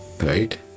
right